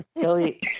Kelly